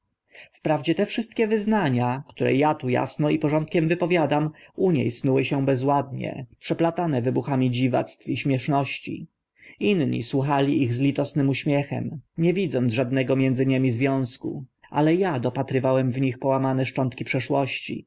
wprawdzie te wszystkie wyznania które a tu asno i porządkiem wypowiadam u nie snuły się bezładnie przeplatane wybuchami dziwactw i śmieszności inni słuchali ich z litośnym uśmiechem nie widząc żadnego między nimi związku ale a dopatrywałem w nich połamane szczątki przeszłości